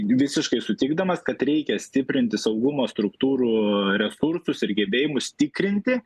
visiškai sutikdamas kad reikia stiprinti saugumo struktūrų resursus ir gebėjimus tikrinti